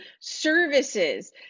services